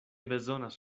bezonas